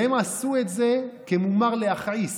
והם עשו את זה כמומר להכעיס.